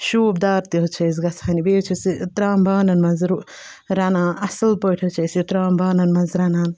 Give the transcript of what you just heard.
شوٗبدار تہِ حظ چھِ اَسہِ گژھان یہِ بیٚیہِ حظ چھِ أسۍ یہِ ترٛام بانَن منٛز رُ رَنان اَصٕل پٲٹھی حظ چھِ أسۍ یہِ ترٛام بانَن منٛز رَنان